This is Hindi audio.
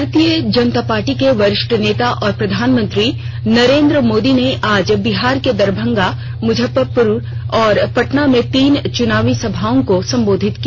भारतीय जनता पार्टी के वरिष्ठ नेता और प्रधानमंत्री नरेन्द्र मोदी ने आज बिहार के दरभंगा मुजफ्फरपुर और पटना में तीन चुनावी सभाओं को संबोधित किया